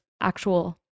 actual